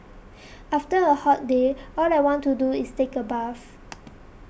after a hot day all I want to do is take a bath